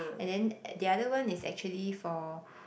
and then the other one is actually for